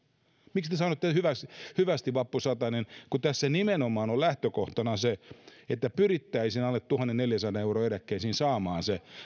miksi te sanotte hyvästi vappusatanen kun tässä nimenomaan on lähtökohtana se että pyrittäisiin alle tuhannenneljänsadan euron eläkkeisiin saamaan se